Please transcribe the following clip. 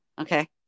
Okay